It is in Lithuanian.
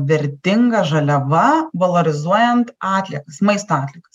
vertinga žaliava valorizuojant atliekas maisto atliekas